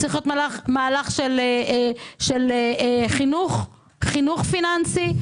צריך להיות מהלך של חינוך פיננסי,